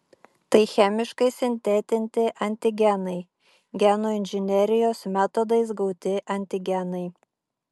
tai chemiškai sintetinti antigenai genų inžinerijos metodais gauti antigenai